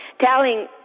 telling